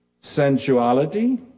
sensuality